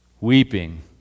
weeping